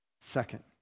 Second